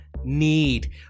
need